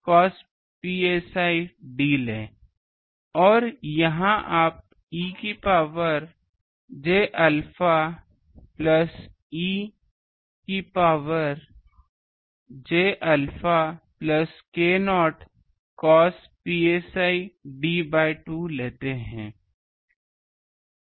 और यहाँ आप e की power j alpha plus e की power j alpha plus k0 cos psi d by 2 लेते हैं